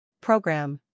Program